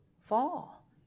fall